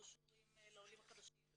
ברושורים לעולים החדשים,